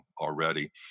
already